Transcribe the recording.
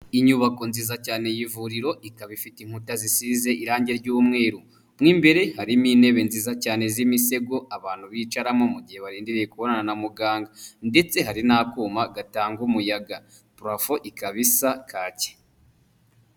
Inyubako nziza cyane y'ivuriro, ikaba ifite inkuta zisize irangi ry'umweru, mo imbere harimo intebe nziza cyane z'imisego, abantu bicaramo mu gihe barindiriye kubonana na muganga, ndetse hari n'akuma gatanga umuyaga, purafo ikaba isa kake.